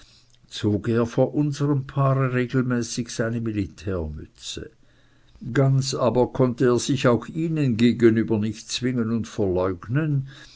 er vor unserem jungen paare regelmäßig seine militärmütze ganz aber konnt er sich auch ihnen gegenüber nicht zwingen und verleugnen